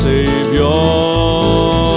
Savior